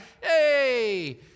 Hey